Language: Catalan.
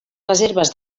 reserves